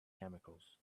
chemicals